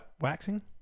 waxing